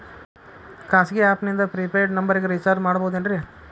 ಖಾಸಗಿ ಆ್ಯಪ್ ನಿಂದ prepaid ನಂಬರಿಗ ರೇಚಾರ್ಜ್ ಮಾಡಬಹುದೇನ್ರಿ?